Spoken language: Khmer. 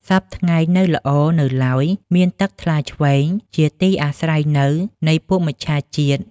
សព្វថ្ងៃ នៅល្អនៅឡើយ, មានទឹកថ្លាឈ្វេង ជាទីអាស្រ័យនៅនៃពួកមច្ឆាជាតិ